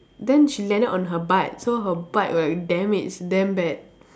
then she landed on her butt so her butt like damaged damn bad